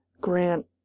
grant